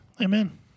Amen